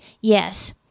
Yes